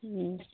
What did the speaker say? ᱦᱮᱸ